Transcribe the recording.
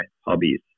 hobbies